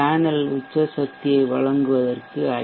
panel உச்ச சக்தியை வழங்குவதற்கு ஐ